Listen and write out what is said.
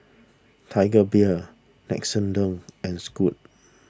Tiger Beer Nixoderm and Scoot